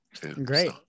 Great